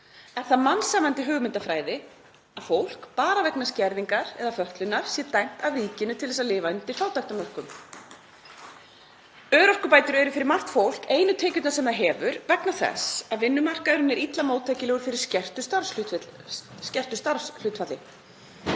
Er það mannsæmandi hugmyndafræði að fólk sé, bara vegna skerðingar eða fötlunar, dæmt af ríkinu til að lifa undir fátæktarmörkum? Örorkubætur eru fyrir margt fólk einu tekjurnar sem það hefur vegna þess að vinnumarkaðurinn er illa móttækilegur fyrir skertu starfshlutfalli.